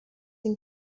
این